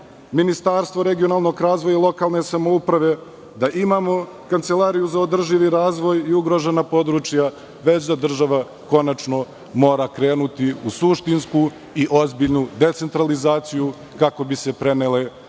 Ministarstvo regionalnog razvoja i lokalne samouprave, da imamo Kancelariju za održivi razvoj i ugrožena područja, nego država konačno mora krenuti u suštinsku i ozbiljnu decentralizaciju, kako bi se preneli nivoi